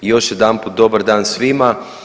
Još jedanput dobar dan svima.